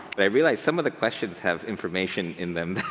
but i realized some of the questions have information in them